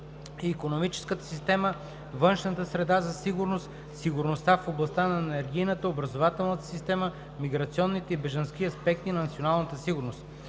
икономическата система, външната среда за сигурност, сигурността в областта на енергийната, образователната система, миграционните и бежански аспекти на националната сигурност.